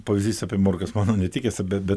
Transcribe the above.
pavyzdys apie morkas mano netikęs bet bet